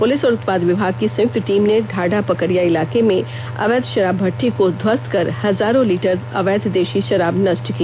police और उत्पाद विभाग की संयुक्त टीम ने डाढ़ा पकरिया इलाके में अवैध शराब भट्टी को ध्वस्त कर हजारों लीटर अवैध देशी शराब नष्ट किया